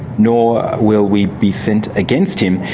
nor will we be sent against him,